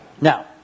Now